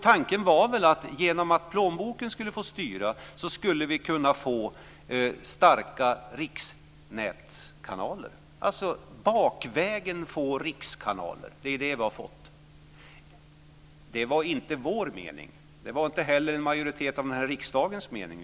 Tanken var väl att vi genom att plånboken skulle få styra skulle kunna få starka riksnätkanaler - alltså bakvägen få rikskanaler. Det är det vi har fått. Det var inte vår mening. Det var inte heller den här riksdagens majoritets mening.